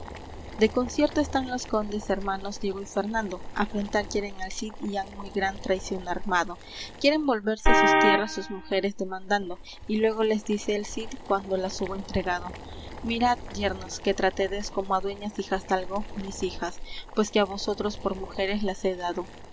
de concierto están los condes hermanos diego y fernando afrentar quieren al cid y han muy gran traición armado quieren volverse á sus tierras sus mujeres demandando y luégo les dice el cid cuando las hubo entregado mirad yernos que tratedes como á dueñas hijasdalgo mis hijas pues que á vosotros por mujeres las he dado